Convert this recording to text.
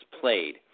played